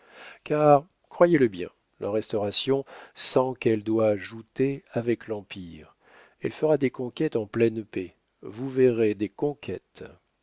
car croyez-le bien la restauration sent qu'elle doit jouter avec l'empire elle fera des conquêtes en pleine paix vous verrez des conquêtes